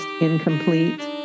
incomplete